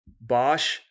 Bosch